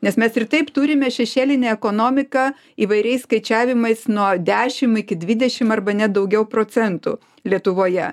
nes mes ir taip turime šešėlinę ekonomiką įvairiais skaičiavimais nuo dešim iki dvidešim arba net daugiau procentų lietuvoje